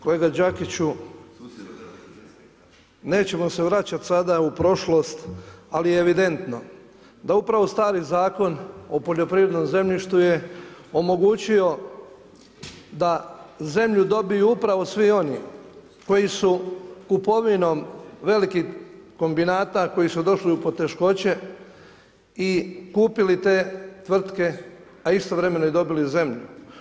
Kolega Đakiću nećemo se vraćati sada u prošlost, ali je evidentno da upravo stari Zakon o poljoprivrednom zemljištu je omogućio da zemlju dobiju upravo svi oni koji su kupovinom velikih kombinata koji su došli u poteškoće i kupili te tvrtke, a istovremeno i dobili zemlju.